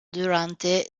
durante